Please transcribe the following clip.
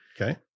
Okay